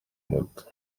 moto